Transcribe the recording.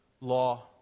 law